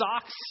socks